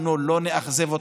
אנחנו לא נאכזב אתכם.